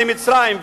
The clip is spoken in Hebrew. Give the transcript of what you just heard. למצרים,